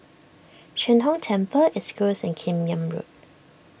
Sheng Hong Temple East Coast and Kim Yam Road